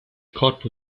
corpo